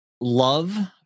love